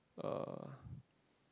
uh